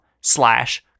slash